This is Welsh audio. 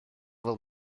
fel